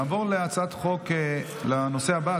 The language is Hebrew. נעבור לנושא הבא,